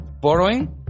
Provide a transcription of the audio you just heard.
borrowing